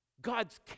God's